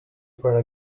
where